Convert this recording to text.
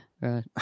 Right